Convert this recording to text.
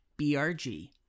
BRG